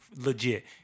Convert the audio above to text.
legit